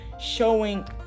showing